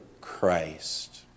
Christ